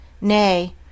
nay